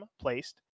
placed